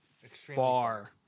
far